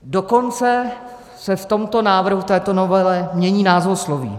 Dokonce se v tomto návrhu, v této novele mění názvosloví.